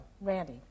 Randy